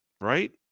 Right